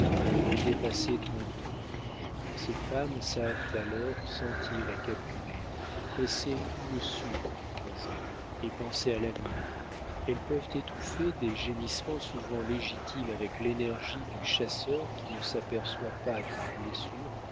ont dépassé trente ans ces femmes savent alors sentir et calculer presser tout le suc du présent et penser à l'avenir elles peuvent étouffer des gémissements souvent légitimes avec l'énergie du chasseur qui ne s'aperçoit pas d'une blessure